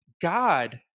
God